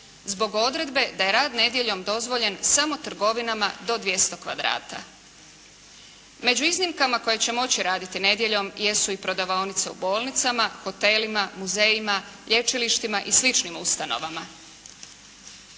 zbog odredbe da je rad nedjeljom dozvoljen samo trgovinama do 200 kvadrata. Među iznimkama koje će moći raditi nedjeljom jesu i prodavaonice u bolnicama, hotelima, muzejima, lječilištima i sličnim ustanovama.